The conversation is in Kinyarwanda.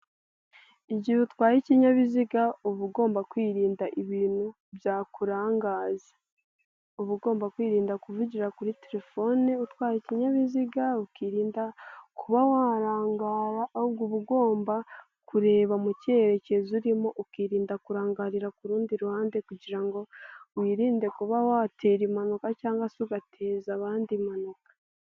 Igihe utwaye ikinyabiziga uba ugomba kwirinda ibintu byakurangaza, uba ugomba kwirinda kuvugira kuri telefone utwaye ikinyabiziga, ukirinda kuba warangara ahubwo uba ugomba kureba mu cyerekezo urimo ukirinda kurangarira ku rundi ruhande kugira ngo wirinde kuba watera impanuka cyangwa se ugateza abandi impanuka.